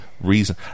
reason